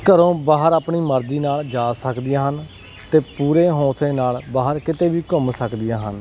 ਘਰੋਂ ਬਾਹਰ ਆਪਣੀ ਮਰਜ਼ੀ ਨਾਲ ਜਾ ਸਕਦੀਆਂ ਹਨ ਅਤੇ ਪੂਰੇ ਹੌਂਸਲੇ ਨਾਲ ਬਾਹਰ ਕਿਤੇ ਵੀ ਘੁੰਮ ਸਕਦੀਆਂ ਹਨ